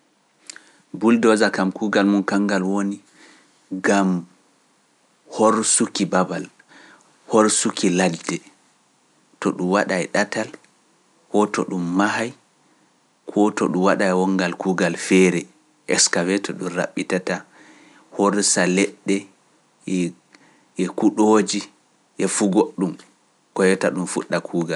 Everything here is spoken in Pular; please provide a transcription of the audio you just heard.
Buldooza kam kuugal mum kangal woni gam horsuki babal, horsuki ladde, to ɗum waɗa e ɗatal, hoto ɗum mahay, hoto ɗum waɗa e wongal kuugal feere, eskawet, to ɗum raɓɓitata horsa leɗɗe e kuɗooji e fugo ɗum, koyata ɗum fuɗɗa kuugal.